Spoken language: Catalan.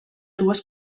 dues